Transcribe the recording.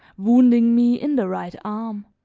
wounding me in the right arm.